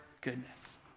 goodness